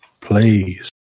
Please